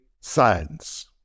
science